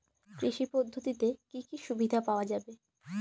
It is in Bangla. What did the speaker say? কৃষি পদ্ধতিতে কি কি সুবিধা পাওয়া যাবে?